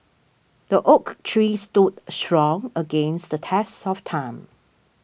the oak tree stood strong against the test of time